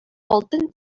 алтын